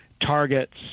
targets